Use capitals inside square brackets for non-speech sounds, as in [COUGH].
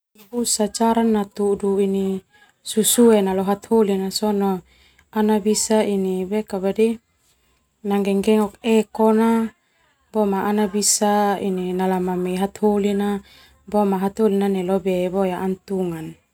Busa cara natudu ini susue na lo hataholi na sona bisa ini [HESITATION] nanggenggengok ekona, boma ana bisa ini nalamame hataholi na, boma hataholi na neu lobe boe ana tunga.